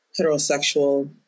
heterosexual